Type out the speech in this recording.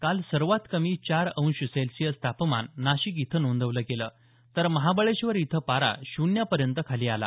काल सर्वांत कमी चार अंश सेल्सिअस तापमान नाशिक इथं नोंदवलं गेलं तर महाबळेश्वर इथं पारा शून्यापर्यंत खाली आला